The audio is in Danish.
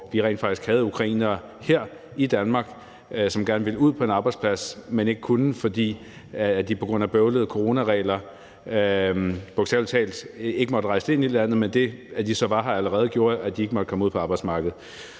faktisk ukrainere her i Danmark, som gerne ville ud på en arbejdsplads, men ikke kunne, fordi de på grund af bøvlede coronaregler bogstavelig talt ikke måtte rejse ind i landet, men det, at de allerede var her, gjorde, at de ikke måtte komme ud på arbejdsmarkedet.